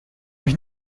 mich